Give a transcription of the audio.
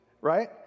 right